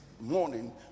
morning